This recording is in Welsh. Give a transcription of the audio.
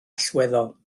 allweddol